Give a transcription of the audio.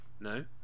No